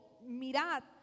mirad